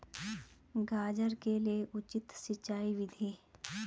गाजर के लिए उचित सिंचाई विधि?